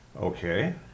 Okay